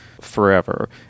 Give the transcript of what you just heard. forever